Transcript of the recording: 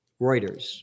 Reuters